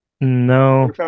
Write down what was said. No